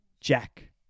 Jack